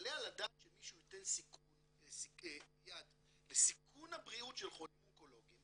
יעלה על הדעת שמישהו ייתן יד לסיכון הבריאות של חולים אונקולוגיים